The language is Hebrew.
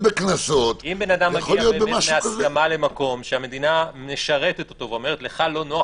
אם האדם מגיע בהסכמה למקום שהמדינה משרתת אותו ואומרת: לך לא נוח